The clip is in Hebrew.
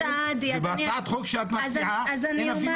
ובהצעת החוק שאת מציעה אין אפילו